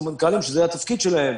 סמנכ"לים שזה התפקיד שלהם.